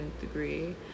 degree